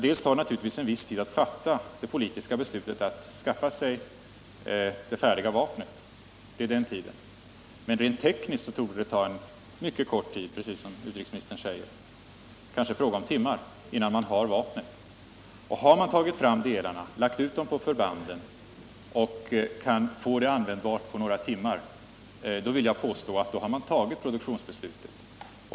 Det tar naturligtvis en viss tid att fatta det politiska beslutet att skaffa sig det färdiga vapnet, men rent tekniskt kan det vara fråga om timmar innan man har vapnet. Har man tagit fram delarna, lagt ut dem på förbanden och kan få vapnet användbart på några timmar, vill jag påstå att då har man tagit produktionsbeslutet.